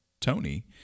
Tony